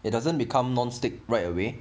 it doesn't become non stick right away